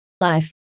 life